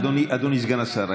אדוני סגן השר,